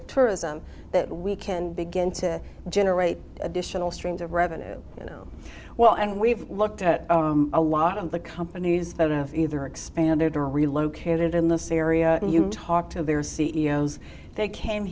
of tourism that we can begin to generate additional streams of revenue you know well and we've looked at a lot of the companies that have either expanded or relocated in this area and you talk to their c e o s they came